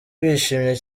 bishimye